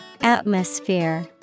Atmosphere